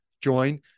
join